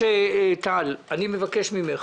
טל אוחנה, אני מבקש ממך